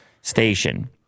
station